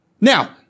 now